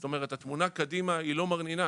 זאת אומרת התמונה קדימה היא לא מרנינה.